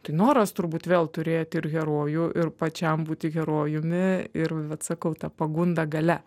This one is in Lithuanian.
tai noras turbūt vėl turėti ir herojų ir pačiam būti herojumi ir vat sakau ta pagunda galia